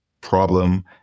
problem